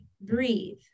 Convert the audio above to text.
breathe